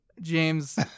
James